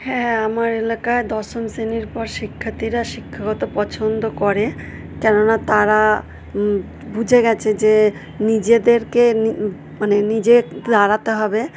হ্যাঁ আমার এলাকায় দশম শ্রেণীর পর শিক্ষারথীরা শিক্ষাকতা পছন্দ করে কেননা তারা বুঝে গেছে যে নিজেদেরকে নি মানে নিজে দাঁড়াতে হবে